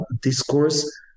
discourse